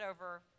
over